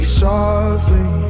softly